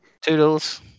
Toodles